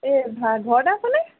এই ধৰা ঘৰতে আছনে